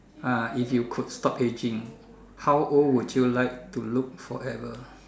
ah if you could stop ageing how old would you like to look forever